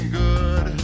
good